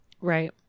Right